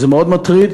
וזה מאוד מטריד.